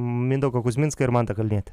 mindaugą kuzminską ir mantą kalnietį